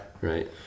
Right